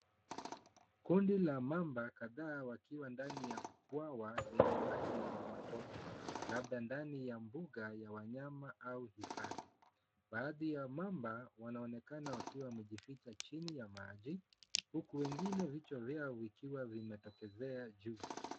Kundi la mamba kadhaa wakiwa ndani ya bwawa lenye maji yenye matope, labda ndani ya mbuga ya wanyama au hifadhi. Baadhi ya mamba wanaonekana wakiwa wamejificha chini ya maji huku wengine vichwa vyao vikiwa vimetokezea juu.